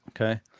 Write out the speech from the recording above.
Okay